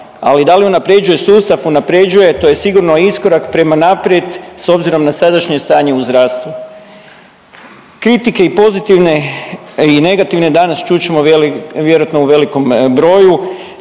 ali da li unapređuje sustav unapređuje to je sigurno iskorak prema naprijed s obzirom na sadašnje stanje u zdravstvu. Kritike i pozitivne i negativne čut ćemo vjerojatno u velikom broju.